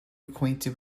acquainted